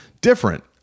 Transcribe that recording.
different